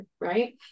right